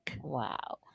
Wow